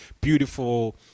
beautiful